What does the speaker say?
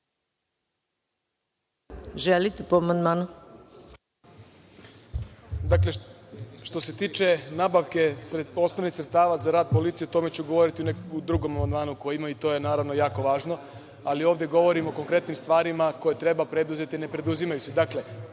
Želite po amandmanu?